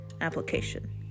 application